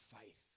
faith